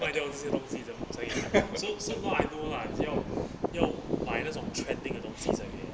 卖到这些东西这样才有 ah so so now I know lah 只要要买那种 trending 的东西才可以 leh